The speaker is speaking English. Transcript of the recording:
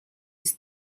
his